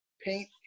paint